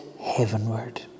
heavenward